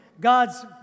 God's